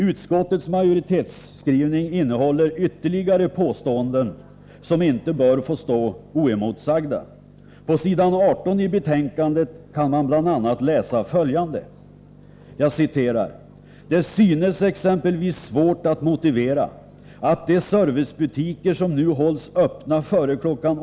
Utskottets majoritetsskrivning innehåller ytterligare påståenden, som inte bör få stå oemotsagda. På s. 18i betänkandet kan man bl.a. läsa följande: ”Det synes exempelvis svårt att motivera att de servicebutiker som nu hålls öppna före kl.